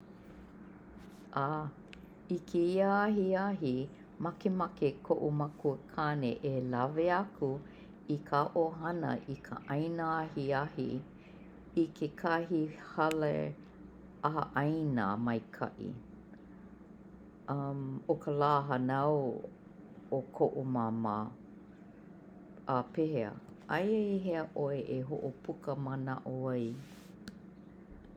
A I kēia ahiahi, makemake koʻu makuakāne e lawe aku i ka ʻohana i ka ʻaina ahiahi i kekahi hale ʻaha ʻaina maikaʻi. ʻO ka lā hānau o koʻu Māmā. A pehea? Aia i hea ʻoe e hoʻopuka manaʻo ai?